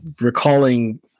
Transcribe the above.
recalling